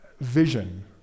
vision